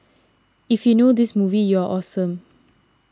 if you know this movie you're awesome